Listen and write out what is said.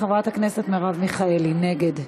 וגם חברת הכנסת מרב מיכאלי נגד.